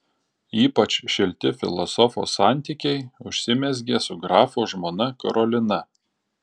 ypač šilti filosofo santykiai užsimezgė su grafo žmona karolina